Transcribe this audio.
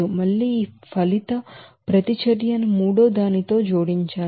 మళ్లీ ఈ రిసిల్టింగ్ రియాక్షన్ను మూడోదానితో జోడించాలి